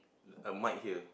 a mike here